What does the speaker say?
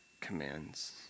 commands